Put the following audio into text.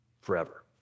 forever